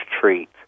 treat